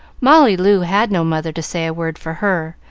molly loo had no mother to say a word for her,